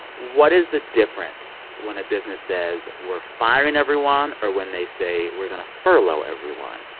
what is the difference when a business says, we're firing everyone or when they say, we're going to furlough everyone?